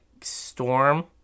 storm